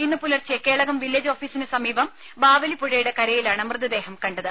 ഇന്ന് പുലർച്ചെ കേളകം വില്ലേജ് ഓഫീസിന് സമീപം ബാവലി പുഴയുടെ കരയിലാണ് മൃതദേഹം കണ്ടത്